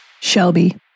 Shelby